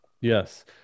Yes